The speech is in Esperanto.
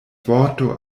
vorto